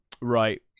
Right